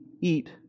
eat